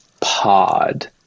pod